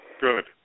good